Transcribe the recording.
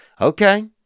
Okay